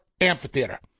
amphitheater